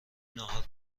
ناهار